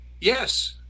Yes